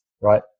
right